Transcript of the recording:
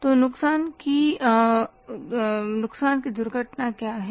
तो नुकसान की दुर्घटना क्या है